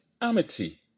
amity